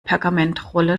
pergamentrolle